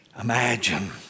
imagine